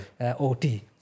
OT